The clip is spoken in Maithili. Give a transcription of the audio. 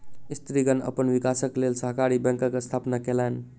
स्त्रीगण अपन विकासक लेल सहकारी बैंकक स्थापना केलैन